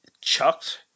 chucked